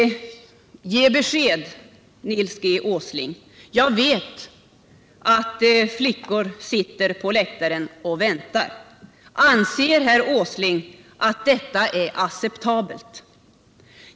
Ge besked, Nils G. Åsling! Jag vet att det sitter flickor på läktaren och väntar på det. Anser herr Åsling att detta är acceptabelt?